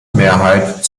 mehrheit